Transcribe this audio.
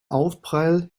aufprall